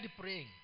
praying